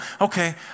okay